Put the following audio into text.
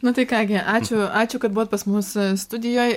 nu tai ką gi ačiū ačiū kad buvot pas mus studijoj